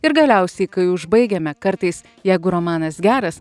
ir galiausiai kai užbaigiame kartais jeigu romanas geras